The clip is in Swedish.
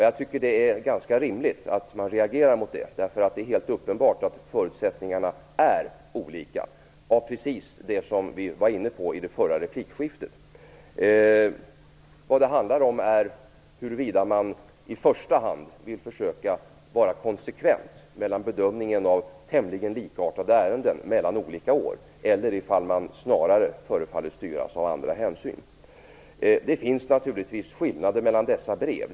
Jag tycker att det är ganska rimligt att man reagerar mot det, därför att det är helt uppenbart att förutsättningarna är olika av precis de skäl vi var inne på i det förra replikskiftet. Vad det handlar om är huruvida man i första hand vill försöka vara konsekvent i bedömningen av tämligen likartade ärenden mellan olika år, eller om man snarare förefaller styras av andra hänsyn. Det finns naturligtvis skillnader mellan dessa brev.